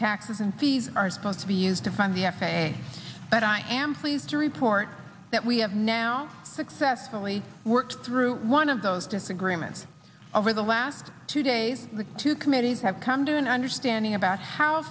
taxes and fees are supposed to be used to fund the f a a but i am pleased to report that we have now successfully worked through one of those disagreements over the last two days two committees have come to an understanding about how